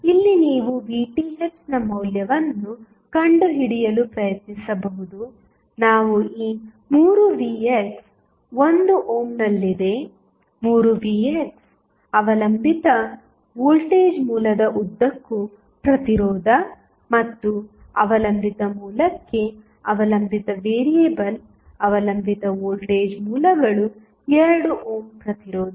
ಆದ್ದರಿಂದ ಇಲ್ಲಿ ನೀವು Vthನ ಮೌಲ್ಯವನ್ನು ಕಂಡುಹಿಡಿಯಲು ಪ್ರಯತ್ನಿಸಬಹುದು ನಾವು ಈ 3vx 1 ಓಮ್ನಲ್ಲಿದೆ 3vx ಅವಲಂಬಿತ ವೋಲ್ಟೇಜ್ ಮೂಲದ ಉದ್ದಕ್ಕೂ ಪ್ರತಿರೋಧ ಮತ್ತು ಅವಲಂಬಿತ ಮೂಲಕ್ಕೆ ಅವಲಂಬಿತ ವೇರಿಯೇಬಲ್ ಅವಲಂಬಿತ ವೋಲ್ಟೇಜ್ ಮೂಲಗಳು 2 ಓಮ್ ಪ್ರತಿರೋಧ